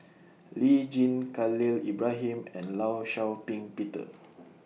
Lee Tjin Khalil Ibrahim and law Shau Ping Peter